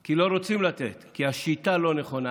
כי לא רוצים לתת, כי השיטה לא נכונה.